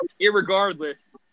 irregardless